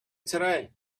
today